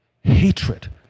Hatred